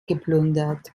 geplündert